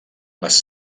les